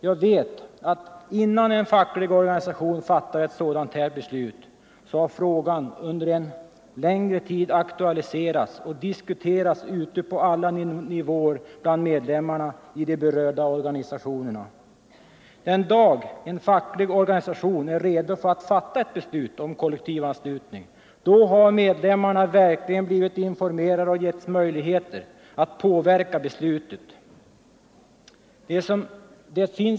Jag vet att innan en facklig organisation fattar ett sådant beslut har frågan under en längre tid aktualiserats och diskuterats ute på alla nivåer bland medlemmarna i de berörda organisationerna. Den dag en facklig organisation är redo att fatta ett beslut om kollektivanslutning, då har medlemmarna verkligen blivit informerade och givits möjlighet att påverka beslutet.